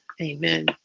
amen